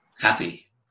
happy